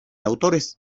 autores